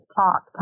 talk